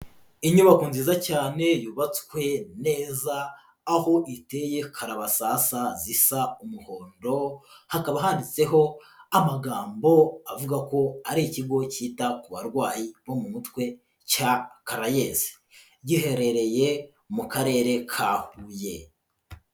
Inyubako nziza cyane yubatswe neza aho iteye karabasasa zisa umuhondo, hakaba handitseho amagambo avuga ko ari ikigo cyita ku barwayi bo mu mutwe cya Caraes giherereye mu karere ka Huye.